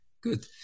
Good